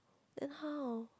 then how